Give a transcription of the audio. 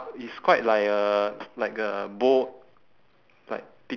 black colour the out~ the ou~ exterior is black ah